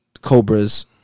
Cobra's